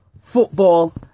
football